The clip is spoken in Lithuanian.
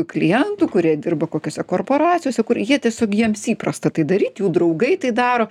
klientų kurie dirba kokiose korporacijose kur jie tiesiog jiems įprasta tai daryt jų draugai tai daro